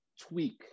tweak